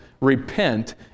repent